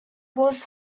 was